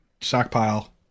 stockpile